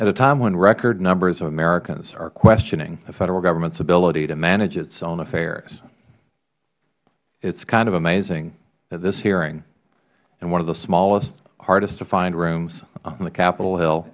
at a time when record numbers of americans are questioning the federal government's ability to manage its own affairs it is kind of amazing this hearing is in one of the smallest hardest to find rooms on capitol hill